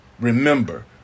Remember